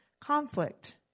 conflict